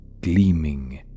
gleaming